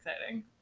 exciting